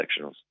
sectionals